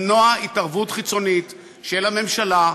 למנוע התערבות חיצונית של הממשלה,